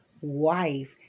wife